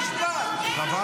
ישיב השר דודי